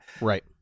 right